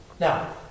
Now